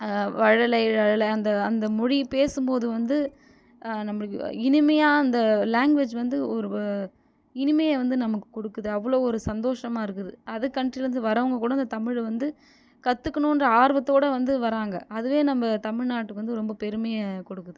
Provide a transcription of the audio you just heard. வழல லழள அந்த அந்த மொழி பேசும் போது வந்து நம்மளுக்கு இனிமையாக அந்த லேங்குவேஜ் வந்து ஒரு இனிமையை வந்து நமக்கு கொடுக்குது அவ்வளோ ஒரு சந்தோஷமாக இருக்குது அதர் கண்ட்ரிலேந்து வரவங்க கூட அந்த தமிழை வந்து கற்றுக்கணுன்ற ஆர்வத்தோடய வந்து வராங்க அதுவே நம்ம தமிழ்நாட்டுக்கு வந்து ரொம்ப பெருமையை கொடுக்குது